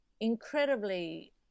incredibly